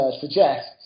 suggests